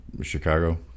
chicago